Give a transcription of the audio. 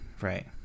right